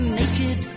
naked